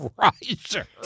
riser